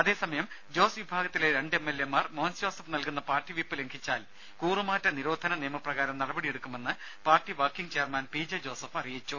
അതേസമയം ജോസ് വിഭാഗത്തിലെ രണ്ട് എം എൽഎ മാർ മോൻസ് ജോസഫ് നൽകുന്ന പാർട്ടി വിപ്പ് ലംഘിച്ചാൽ കൂറുമാറ്റ നിരോധന നിയമപ്രകാരം നടപടിയെടുക്കുമെന്ന് party working chairman P J Joseph അറിയിച്ചു